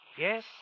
Yes